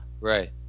Right